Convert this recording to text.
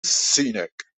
scenic